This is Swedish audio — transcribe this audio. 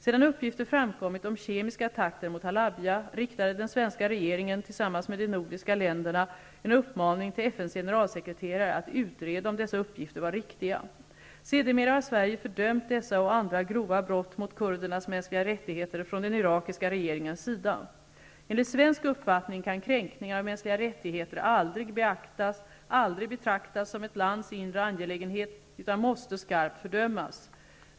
Sedan uppgifter framkommit om kemiska attacker mot Halabja riktade den svenska regeringen tillsammans med de nordiska länderna en uppmaning till FN:s generalsekreterare att utreda om dessa uppgifter var riktiga. Sedermera har Sverige fördömt dessa och andra grova brott från den irakiska regeringens sida mot kurdernas mänskliga rättigheter. Enligt svensk uppfattning kan kränkningar av mänskliga rättigheter aldrig betraktas som ett lands inre angelägenhet utan måste skarpt fördömas.